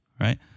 right